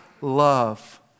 love